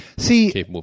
see